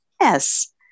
Yes